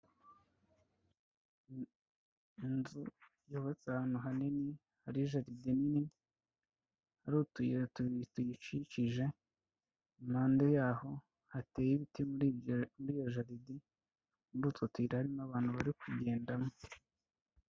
Inzu yubatse ahantu hanini, hari jaride nini, hari utuyira tubiri tuyikikije, impande y'aho hateye ibiti muri iyo jaride, muri utwo tuyira harimo abantu bari kugendamo.